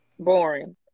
Boring